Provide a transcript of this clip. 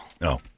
No